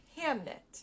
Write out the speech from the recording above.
hamnet